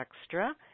extra